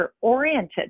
oriented